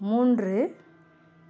மூன்று